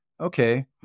okay